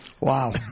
wow